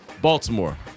Baltimore